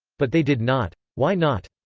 but they did not. why not?